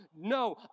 No